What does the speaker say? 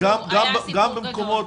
היה סיפור גדול.